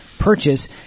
purchase